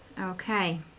Okay